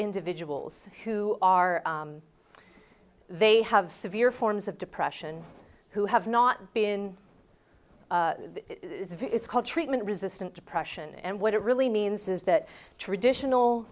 individuals who are they have severe forms of depression who have not been it's called treatment resistant depression and what it really means is that traditional